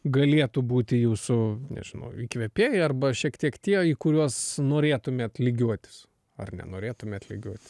galėtų būti jūsų nežinau įkvėpėjai arba šiek tiek tie į kuriuos norėtumėt lygiuotis ar nenorėtumėt lygiuoti